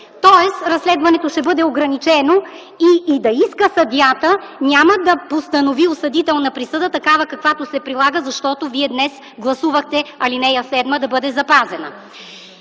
Тоест разследването ще бъде ограничено и да иска съдията, няма да постанови осъдителна присъда, такава каквато се прилага, защото вие днес гласувахте ал. 7 да бъде запазена.